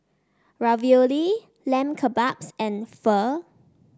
Ravioli Lamb Kebabs and Pho